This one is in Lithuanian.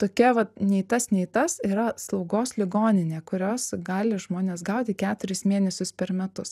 tokia vat nei tas nei tas yra slaugos ligoninė kurios gali žmonės gauti keturis mėnesius per metus